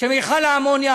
שמכל האמוניה